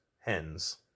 Hens